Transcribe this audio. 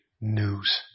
news